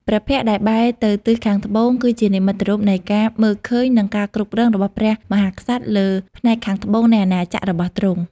ព្រះភ័ក្ត្រដែលបែរទៅទិសខាងត្បូង គឺជានិមិត្តរូបនៃការមើលឃើញនិងការគ្រប់គ្រងរបស់ព្រះមហាក្សត្រលើផ្នែកខាងត្បូងនៃអាណាចក្ររបស់ទ្រង់។